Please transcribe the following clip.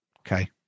Okay